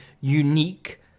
unique